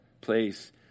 place